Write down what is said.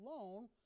alone